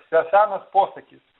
senas posakis